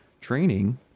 Training